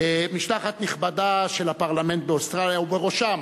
משלחת נכבדה של הפרלמנט באוסטרליה ובראשם